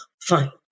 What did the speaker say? fine